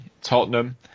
Tottenham